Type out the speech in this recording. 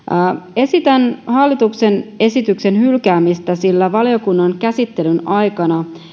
esitän hallituksen esityksen hylkäämistä sillä valiokunnan käsittelyn aikana